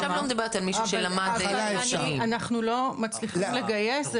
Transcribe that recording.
עכשיו לא מדברת על מישהו שלמד --- אנחנו לא מצליחים לגייס,